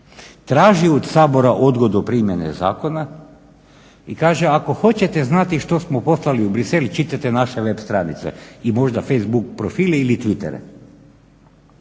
traži od Sabora odgodu primjene zakona i kaže ako hoćete znati što smo poslali u Bruxelles čitajte naše web stranice ili možda Facebook profil ili Twittere.